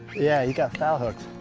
yeah. he got foul hooked.